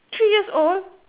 three years old